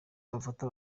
babafata